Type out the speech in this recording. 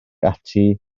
ati